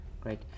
great